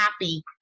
happy